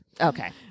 Okay